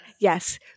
Yes